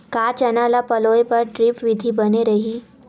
का चना ल पलोय बर ड्रिप विधी बने रही?